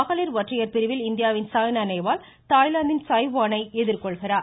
மகளிர் ஒற்றையர் பிரிவில் இந்தியாவின் சாய்னா நேவால் தாய்லாந்தின் சைவானை இன்று எதிர்கொள்கிறார்